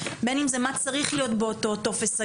בין אם מה צריך להיות באותו טופס הגשה,